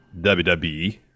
wwe